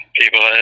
people